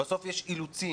בסוף יש אילוצים.